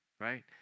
right